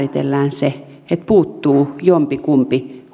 se että puuttuu jompikumpi